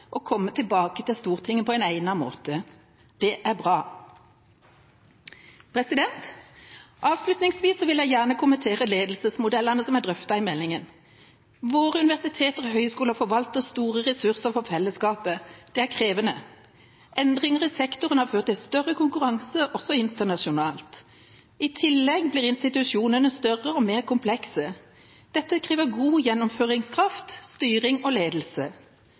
og komme tilbake til Stortinget på en egnet måte. Det er bra. Avslutningsvis vil jeg gjerne kommentere ledelsesmodellene som er drøftet i meldingen. Våre universiteter og høyskoler forvalter store ressurser for fellesskapet. Det er krevende. Endringer i sektoren har ført til større konkurranse, også internasjonalt. I tillegg blir institusjonene større og mer komplekse. Dette krever god gjennomføringskraft, styring og ledelse.